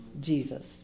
Jesus